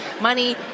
money